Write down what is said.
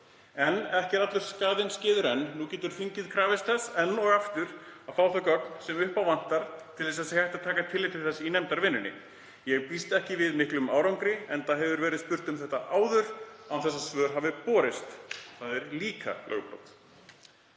En ekki er allur skaðinn skeður enn. Nú getur þingið krafist þess enn og aftur að fá þau gögn sem upp á vantar til þess að sé hægt að taka tillit til þeirra í nefndarvinnunni. Ég býst ekki við miklum árangri enda hefur verið spurt um þetta áður án þess að svör hafi borist. Það er líka lögbrot.